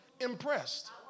impressed